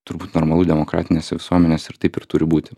turbūt normalu demokratinėse visuomenėse ir taip ir turi būti